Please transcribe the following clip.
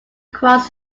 across